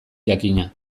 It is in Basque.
jakina